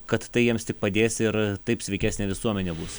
kad tai jiems tik padės ir taip sveikesnė visuomenė bus